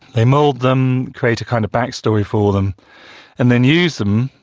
they mould them, create a kind of backstory for them and then use them,